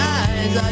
eyes